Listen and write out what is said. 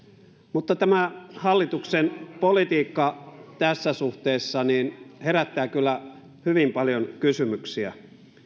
mutta tämä hallituksen politiikka tässä suhteessa herättää kyllä hyvin paljon kysymyksiä